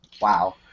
Wow